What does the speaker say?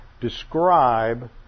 describe